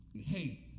hey